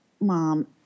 mom